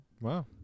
Wow